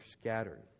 scattered